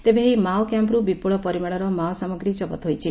ତେବେ ଏହି ମାଓ କ୍ୟାମ୍ପରୁ ବିପୁଳ ପରିମାଶର ମାଓ ସାମଗ୍ରୀ ଜବତ ହୋଇଛି